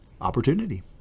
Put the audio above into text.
opportunity